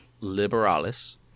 Liberalis